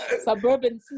Suburban